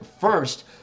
first